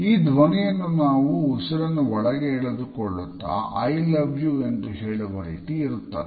ಈ ಧ್ವನಿಯನ್ನು ನಾವು ಉಸಿರನ್ನು ಒಳಗೆ ಎಳೆದುಕೊಳ್ಳುತ್ತಾ ಐ ಲವ್ ಯು ಎಂದು ಹೇಳುವ ರೀತಿ ಇರುತ್ತದೆ